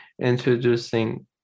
introducing